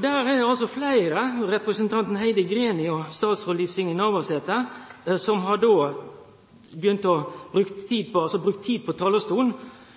Der er det fleire, bl.a. representanten Heidi Greni og statsråd Liv Signe Navarsete, som har brukt tid på talarstolen på å